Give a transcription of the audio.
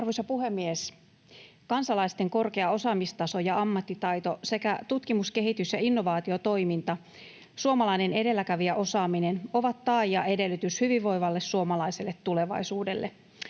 Arvoisa puhemies! Kansalaisten korkea osaamistaso ja ammattitaito sekä tutkimus‑, kehitys- ja innovaatiotoiminta, suomalainen edelläkävijäosaaminen, ovat tae ja edellytys hyvinvoivalle suomalaiselle tulevaisuudelle.